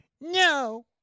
No